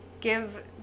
give